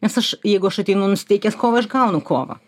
nes aš jeigu aš ateinu nusiteikęs kovai aš gaunu kovą